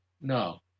No